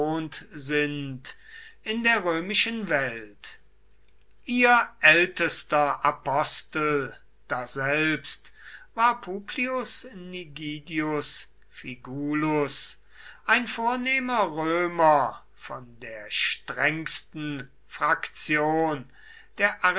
sind in der römischen welt ihr ältester apostel daselbst war publius nigidius figulus ein vornehmer römer von der strengsten fraktion der